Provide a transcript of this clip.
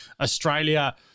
Australia